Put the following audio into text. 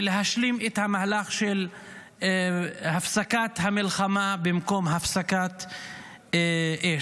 ולהשלים את המהלך של הפסקת המלחמה במקום הפסקת אש.